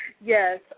Yes